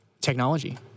technology